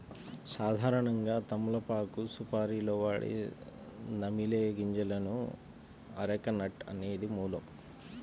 సాధారణంగా తమలపాకు సుపారీలో వాడే నమిలే గింజలకు అరెక నట్ అనేది మూలం